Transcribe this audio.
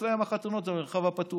ואצלם החתונות זה במרחב הפתוח.